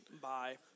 bye